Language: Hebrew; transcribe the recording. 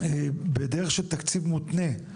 בדרך של תקציב מותנה,